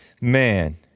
Man